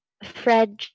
Fred